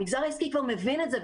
המגזר העסקי כבר מבין את זה,